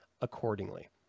accordingly